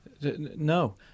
No